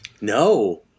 No